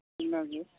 ᱤᱱᱟᱹᱜᱮ